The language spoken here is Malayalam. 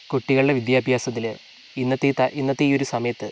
കുട്ടികളുടെ വിദ്യാഭ്യാസത്തിൽ ഇന്നത്തെ ഈ ഇന്നത്തെ ഈ ഒരു സമയത്ത്